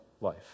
life